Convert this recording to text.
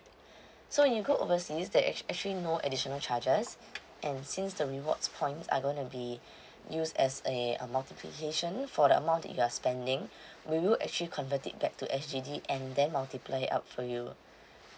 so you go overseas there act~ actually no additional charges and since the rewards points are going to be used as eh a multiplication for the amount that you are spending we will actually convert it back to S_G_D and then multiply up for you